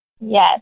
Yes